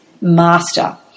master